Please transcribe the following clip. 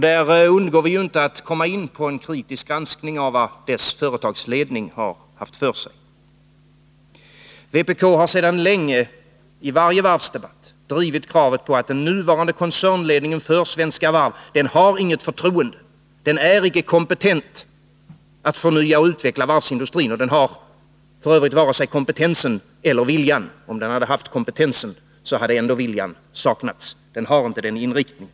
Där undgår vi inte att komma in på en kritisk granskning av vad dess företagsledning har haft för sig. Vpk har sedan länge i varje varvsdebatt drivit kravet på att den nuvarande koncernledningen för Svenska Varv inte har något förtroende. Den är icke kompetent att förnya och utveckla varvsindustrin. Den har f. ö. varken kompetensen eller viljan. Om den hade haft kompetensen, hade ändå viljan saknats. Den har inte den inriktningen.